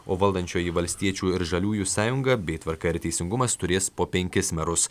o valdančioji valstiečių ir žaliųjų sąjunga bei tvarka ir teisingumas turės po penkis merus